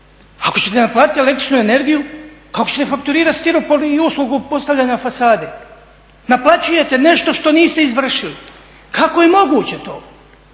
ako ćete naplatiti električnu energiju kako ćete fakturirat stiropor i uslugu postavljanja fasade? Naplaćujete nešto što niste izvršili. Kao je moguće to